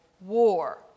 War